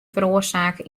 feroarsake